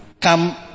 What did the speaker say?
come